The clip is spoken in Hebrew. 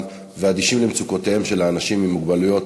ואדישים למצוקותיהם של האנשים עם מוגבלויות,